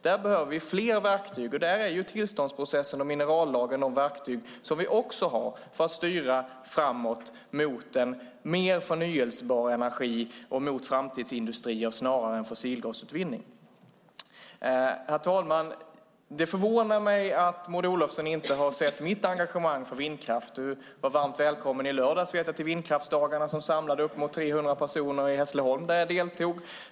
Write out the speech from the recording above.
Där behöver vi fler verktyg, och där är tillståndsprocessen och minerallagen de verktyg som vi också har för att styra framåt mot en mer förnybar energi och mot framtidsindustrier snarare än fossilgasutvinning. Herr talman! Det förvånar mig att Maud Olofsson inte har sett mitt engagemang för vindkraft. Jag vet att du var varmt välkommen till vindkraftsdagarna, som samlade uppemot 300 personer i Hässleholm i lördags, och där jag deltog.